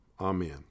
Amen